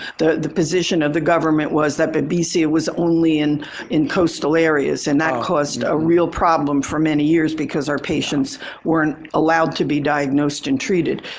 the the position of the government was that babesia was only in in coastal areas and that caused a real problem for many years because our patients weren't allowed to be diagnosed and treated.